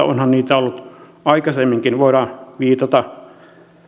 onhan niitä ollut aikaisemminkin voidaan viitata